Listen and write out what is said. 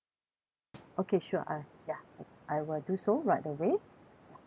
alright s~ okay sure I ya I I will do so right away ya